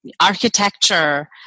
architecture